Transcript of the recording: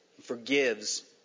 forgives